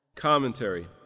commentary